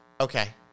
okay